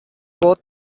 both